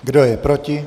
Kdo je proti?